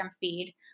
feed